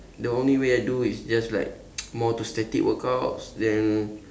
the only way I do is just like more to static workouts then